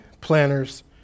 planners